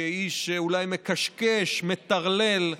כאיש שאולי מקשקש, מטרלל: